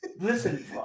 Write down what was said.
listen